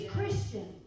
Christian